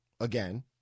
again